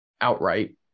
outright